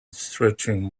stretching